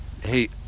Hey